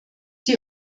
die